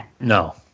No